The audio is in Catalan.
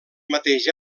mateix